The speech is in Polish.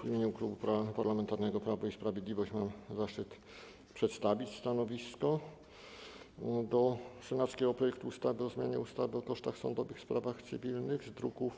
W imieniu Klubu Parlamentarnego Prawo i Sprawiedliwość mam zaszczyt przedstawić stanowisko wobec senackiego projektu ustawy o zmianie ustawy o kosztach sądowych w sprawach cywilnych z druków